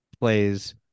plays